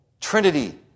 Trinity